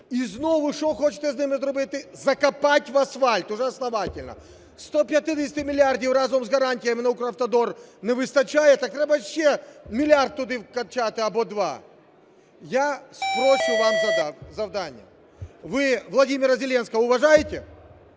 І знову що хочете з ними зробити – закопать в асфальт уже основательно. 150 мільярдів разом з гарантіями на Укравтодор не вистачає, так треба ще мільярд туди вкачати або два. Я спрощу вам завдання. Вы Владимира Зеленского уважаете?